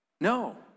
No